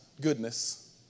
goodness